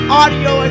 audio